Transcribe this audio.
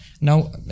now